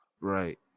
Right